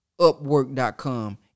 upwork.com